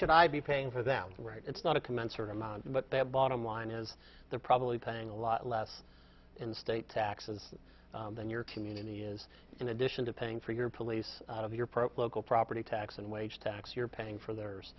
should i be paying for them it's not a commensurate amount but they have bottom line is they're probably paying a lot less in state taxes than your community is in addition to paying for your police out of your pro local property tax and wage tax you're paying for